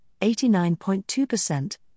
89.2%